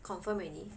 confirm already